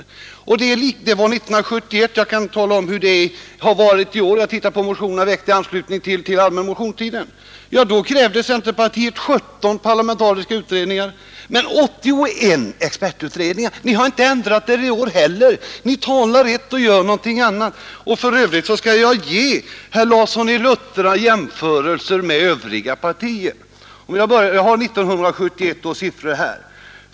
De uppgifter jag tidigare redovisade var från 1971. Jag kan tala om hur det varit i år också; jag har tittat på de motioner som väcktes under den allmänna motionstiden. Centerpartiet har i år krävt 17 parlamentariska utredningar och 81 expertutredningar. Ni har inte ändrat er i år heller. Ni säger ett och gör ett annat. För övrigt kan jag ge herr Larsson i Luttra siffrorna för övriga partier också. Jag tar då 1971 års siffror.